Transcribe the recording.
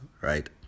right